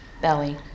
belly